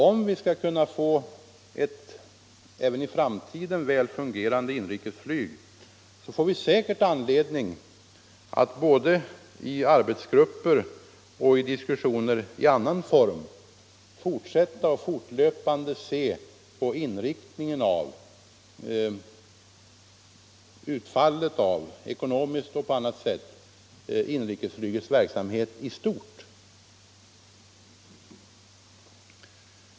Om vi skall kunna ha ett även i framtiden väl fungerande inrikesflyg, får vi säkert anledning att både i arbetsgrupper och i diskussioner i annan form fortlöpande se på inriktningen och utfallet — ekonomiskt och på annat sätt — av inrikesflygets verksamhet i stort.